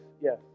yes